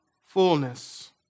fullness